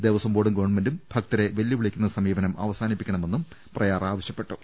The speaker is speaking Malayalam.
ദേവസ്വം ബോർഡും ഗവ്ൺമെന്റും ഭക്തരെ വെല്ലുവിളിക്കുന്ന സമീപനം അവസാനിപ്പിക്കണമെന്നും പ്രയാർ ആവശ്യപ്പെ ട്ടു